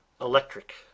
electric